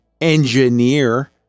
engineer